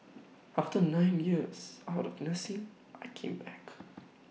after nine years out of nursing I came back